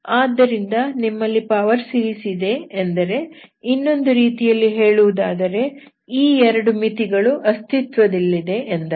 ಆದ್ದರಿಂದ ನಿಮ್ಮಲ್ಲಿ power series ಇದೆ ಎಂದರೆ ಇನ್ನೊಂದು ರೀತಿಯಲ್ಲಿ ಹೇಳುವುದಾದರೆ ಈ 2 ಮಿತಿಗಳು ಅಸ್ತಿತ್ವದಲ್ಲಿವೆ ಎಂದರ್ಥ